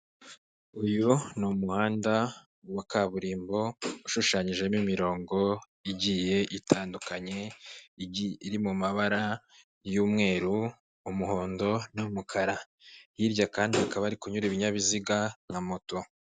Uyu umuhanda wa kaburimbo ushushanyijemo imirongo igiye itandukanye, iri mu mabara y'umweru, umuhondo n'umukara, hirya kandi hakaba hari kunyura ibinyabiziga na moto.